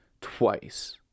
twice